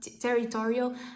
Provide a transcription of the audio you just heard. territorial